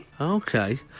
Okay